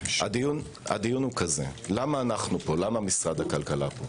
הדיון הוא כזה - למה משרד הכלכלה פה?